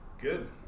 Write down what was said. Good